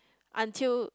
until